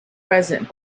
present